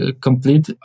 complete